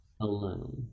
alone